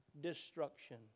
destruction